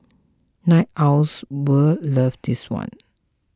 night owls will love this one